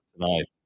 tonight